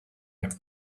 him